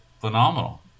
phenomenal